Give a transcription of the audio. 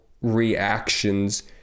reactions